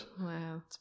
Wow